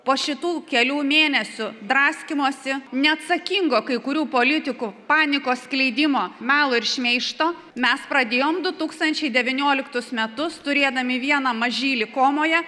po šitų kelių mėnesių draskymosi neatsakingo kai kurių politikų panikos skleidimo melo ir šmeižto mes pradėjom du tūkstančiai devynioliktus metus turėdami vieną mažylį komoje